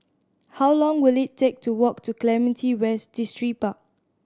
how long will it take to walk to Clementi West Distripark